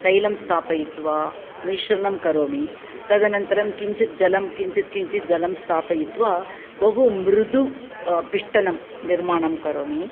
तैलं स्थापयित्वा मिश्रणं करोमि तदनन्तरं किञ्चित् जलं किञ्चित् किञ्चित् जलं स्थापयित्वा बहु मृदुः पिष्टं निर्माणं करोमि